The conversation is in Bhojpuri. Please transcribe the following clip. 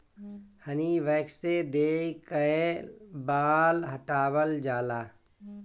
हनी वैक्स से देहि कअ बाल हटावल जाला